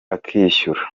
akishyura